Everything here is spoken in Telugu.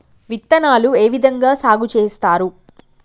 విత్తనాలు ఏ విధంగా సాగు చేస్తారు?